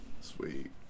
Sweet